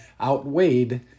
outweighed